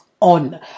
on